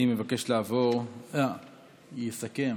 אני מבקש לעבור, יסכם